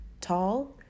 tall